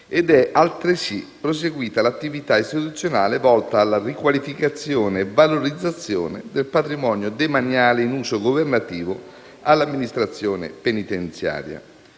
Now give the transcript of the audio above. ed è, altresì, proseguita l'attività istituzionale volta alla riqualificazione e alla valorizzazione del patrimonio demaniale in uso governativo all'amministrazione penitenziaria.